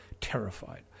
terrified